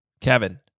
Kevin